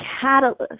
catalyst